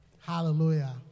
Hallelujah